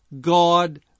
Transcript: God